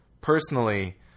personally